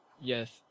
Yes